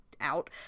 out